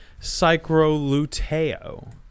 psychroluteo